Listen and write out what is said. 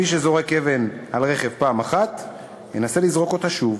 מי שזורק אבן על רכב פעם אחת, ינסה לזרוק שוב.